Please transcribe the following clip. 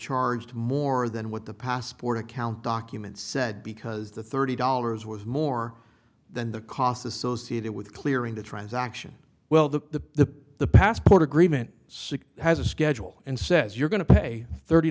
charged more than what the passport account documents said because the thirty dollars worth more than the cost associated with clearing the transaction well the the passport agreement sic has a schedule and says you're going to pay thirty